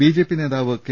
BJP നേതാവ് K